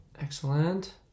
Excellent